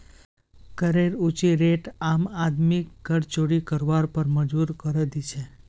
करेर ऊँची रेट आम आदमीक कर चोरी करवार पर मजबूर करे दी छे